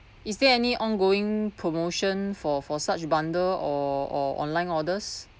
is there any ongoing promotion for for such bundle or or online orders